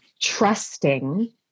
trusting